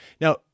Now